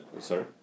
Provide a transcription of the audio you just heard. sorry